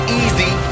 easy